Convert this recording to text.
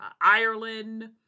Ireland